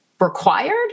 required